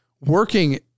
working